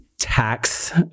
tax